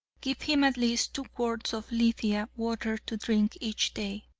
give him at least two quarts of lithia water to drink each day.